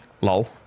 Lol